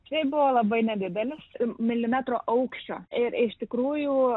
tai buvo labai nedidelis ir milimetro aukščio ir iš tikrųjų